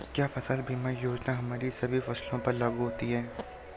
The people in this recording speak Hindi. क्या फसल बीमा योजना हमारी सभी फसलों पर लागू होती हैं?